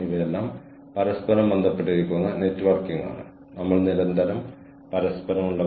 ഒരു ജീവനക്കാരൻ എന്ന നിലയിൽ എന്റെ വ്യക്തിഗത ഫലം ഈ കോഴ്സിന്റെ വികസനമാണ്